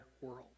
world